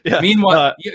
Meanwhile